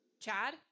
Chad